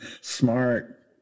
Smart